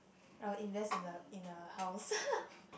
I will invest in a in a house